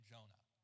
Jonah